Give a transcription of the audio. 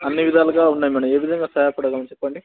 అన్ని విధాలుగా ఉన్నాయి మేడమ్ ఏ విధంగా సహాయపడగలము చెప్పండి